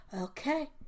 okay